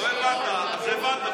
מה הבנת?